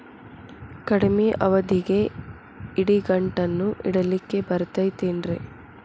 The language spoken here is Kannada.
ಕಡಮಿ ಅವಧಿಗೆ ಇಡಿಗಂಟನ್ನು ಇಡಲಿಕ್ಕೆ ಬರತೈತೇನ್ರೇ?